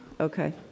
Okay